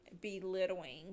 belittling